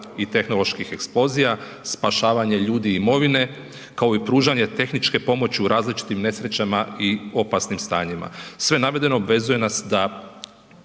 i tehnoloških eksplozija, spašavanja ljudi i imovine kao i pružanje tehničke pomoći u različitim nesrećama i opasnim stanjima. Sve navedeno obvezuje nas da